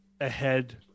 ahead